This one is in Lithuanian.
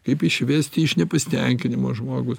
kaip išvesti iš nepasitenkinimo žmogų